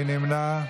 מי נמנע?